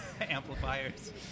amplifiers